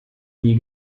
nie